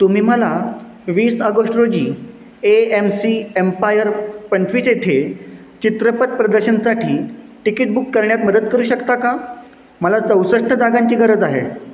तुम्ही मला वीस ऑगोस्ट रोजी ए एम सी एम्पायर पंचवीस येथे चित्रपट प्रदर्शनसाठी तिकीट बुक करण्यात मदत करू शकता का मला चौसष्ट जागांची गरज आहे